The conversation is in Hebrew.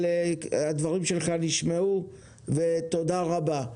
הדברים שלך נשמעו ותודה רבה.